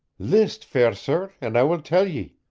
list, fair sir, and i will tell ye.